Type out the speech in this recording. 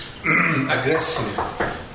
aggressive